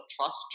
Trust